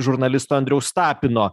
žurnalisto andriaus tapino